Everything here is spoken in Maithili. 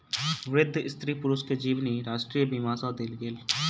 वृद्ध स्त्री पुरुष के जीवनी राष्ट्रीय बीमा सँ देल गेल